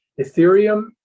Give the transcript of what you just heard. Ethereum